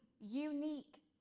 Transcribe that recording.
unique